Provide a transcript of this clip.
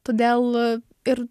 todėl ir